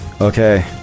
Okay